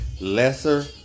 lesser